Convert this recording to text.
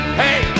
hey